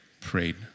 prayed